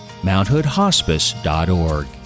mounthoodhospice.org